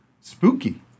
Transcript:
spooky